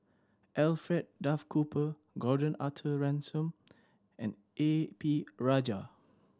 Alfred Duff Cooper Gordon Arthur Ransome and A P Rajah